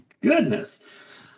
goodness